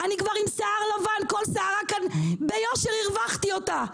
אני כבר עם שיער לבן, כל שערה ביושר הרווחתי אותה.